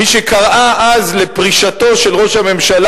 מי שקראה אז לפרישתו של ראש הממשלה